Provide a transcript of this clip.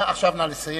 עכשיו נא לסיים.